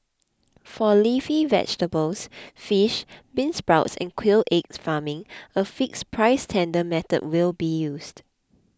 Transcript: for leafy vegetables fish beansprouts and quail egg farming a fixed price tender method will be used